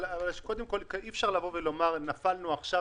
אבל קודם כול אי אפשר לומר שנפלנו עכשיו